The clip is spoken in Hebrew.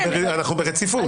אנחנו ברציפות.